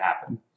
happen